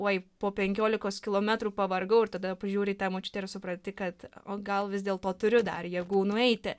oi po penkiolikos kilometrų pavargau ir tada pažiūri į tą močiutę ir supranti kad o gal vis dėlto turiu dar jėgų nueiti